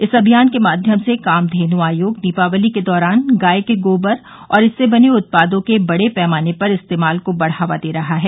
इस अभियान के माध्यम से कामधेनु आयोग दीपावली के दौरान गाय के गोबर और इससे बने उत्पादों के बड़े पैमाने पर इस्तेमाल को बढ़ावा दे रहा है